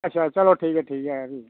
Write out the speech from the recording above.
अच्छा चलो ठीक ऐ ठीक ऐ